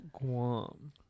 Guam